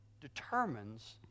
determines